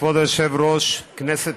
כבוד היושב-ראש, כנסת